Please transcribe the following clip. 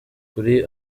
kuri